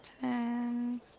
ten